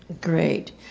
Great